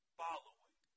following